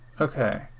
Okay